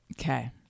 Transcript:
okay